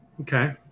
Okay